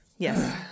yes